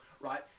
right